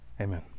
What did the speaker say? Amen